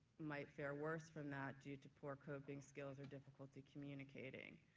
might fare worse from that due to poor coping skills or difficulty communicating.